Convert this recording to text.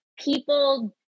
people